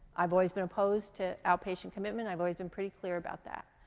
i've always been opposed to outpatient commitment, i've always been pretty clear about that.